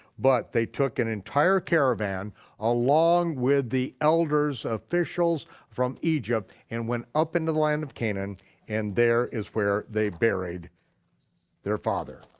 but they took an entire caravan along with the elders, officials from egypt, and went up into the land of canaan and there is where they buried their father.